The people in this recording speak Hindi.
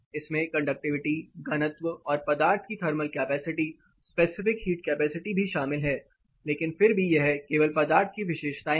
इसमें कंडक्टिविटी घनत्व और पदार्थ की thermal capacity specific heat capacity भी शामिल है लेकिन फिर भी यह केवल पदार्थ की विशेषताएं हैं